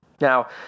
Now